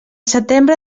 setembre